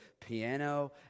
piano